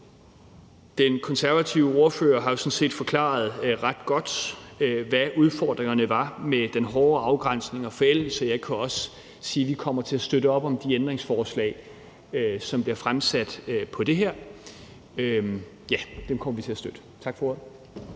Den konservative ordfører har jo sådan set forklaret ret godt, hvad udfordringerne var med den hårde afgrænsning og forældelse. Jeg kan også sige, at vi kommer til at støtte op om de ændringsforslag, som bliver stillet på det her område. Dem kommer vi til at støtte. Tak for ordet.